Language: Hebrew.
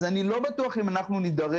אז אני לא בטוח אם אנחנו נידרש,